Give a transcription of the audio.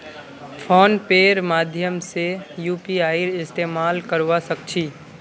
phone पेर माध्यम से यूपीआईर इस्तेमाल करवा सक छी